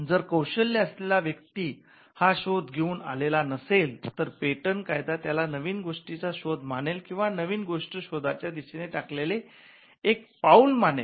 जर कौशल्य असलेला व्यक्ती हा शोध घेऊन आलेला नसेल तर पेटंट कायदा त्याला नवीन गोष्टीचा शोध मानेल किंवा नवीन गोष्टी शोधाच्या दिशेने टाकले गेलेले एक पाऊल मानेल